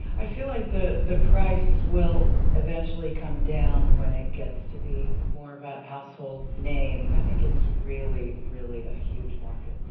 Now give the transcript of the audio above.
i feel like the the price will eventually come down when it gets to be more of a household name. i think it's really, really a huge market.